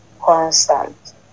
constant